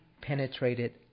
penetrated